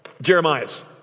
Jeremiah's